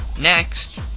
next